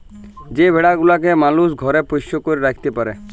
যে ভেড়া গুলাকে মালুস ঘরে পোষ্য করে রাখত্যে পারে